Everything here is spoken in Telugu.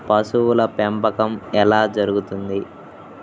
పశువుల పెంపకం ఎలా జరుగుతుంది?